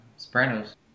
Sopranos